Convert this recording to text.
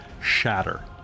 shatter